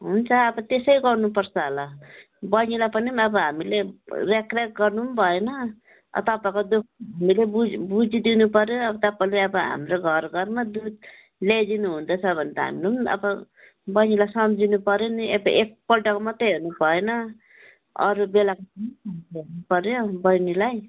हुन्छ अब तेसै गर्नुपर्छ होला बैनीलाई पनि अब हामीले र्याख र्याख गर्नु पनि भएन अब तपाईँको दुःख हामीले बुझ् बुझिदिनुपर्यो तपाईँले अब हाम्रो घर घरमा दुध ल्याइदिनु हुँदैछ भने त हाम्रो पनि अब बैनीलाई सम्झिनुपर्यो नि अब एकपल्टको मात्रै हेर्नु भएन अरू बेलाको पनि हेर्नुपर्यो बैनीलाई